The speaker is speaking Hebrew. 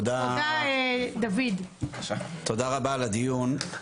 תודה רבה על הדיון.